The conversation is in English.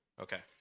Okay